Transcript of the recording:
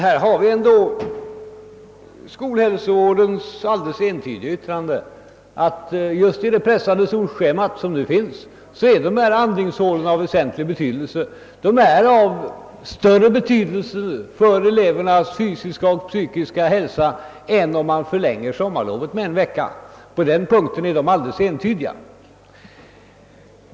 Vi har dock skolhälsovårdens alldeles entydiga yttrande att just med det pressande skolschema som nu tillämpas har dessa andningshål väsentlig betydelse. De är av större vikt för elevernas fysiska och psykiska hälsa än en förlängning av sommarlovet med en vecka. På den punkten är uttalandet alldeles entydigt.